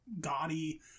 gaudy